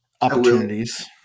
opportunities